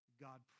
God